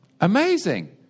Amazing